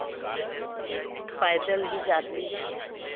पैदल ही जाते थे